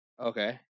Okay